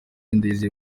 ndayizeye